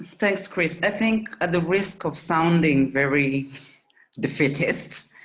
thanks, chris. i think at the risk of sounding very defeatist,